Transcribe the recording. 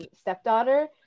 stepdaughter